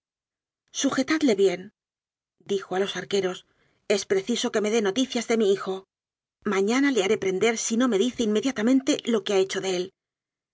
sujetadle biendijo a los arqueros es preciso que me dé noticias de mi hijo mañana le haré prender si no me dice inmediatamente lo que ha hecho de él